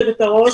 היושב-ראש